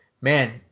man